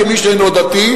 כמי שאינו דתי,